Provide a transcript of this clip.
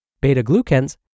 Beta-glucans